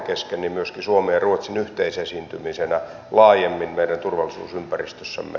eli resursseja sinne poliisiin tarvitaan edelleen jatkossa